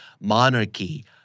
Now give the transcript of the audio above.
monarchy